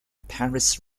paris